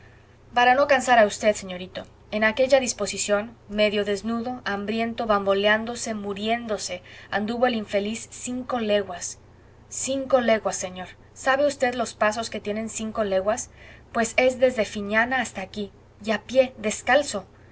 para no cansar a v señorito en aquella disposición medio desnudo hambriento bamboleándose muriéndose anduvo el infeliz cinco leguas cinco leguas señor sabe v los pasos que tienen cinco leguas pues es desde fiñana hasta aquí y a pie descalzo